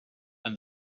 and